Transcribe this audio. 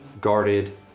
guarded